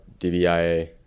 DBIA